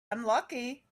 unlucky